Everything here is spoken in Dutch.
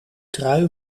trui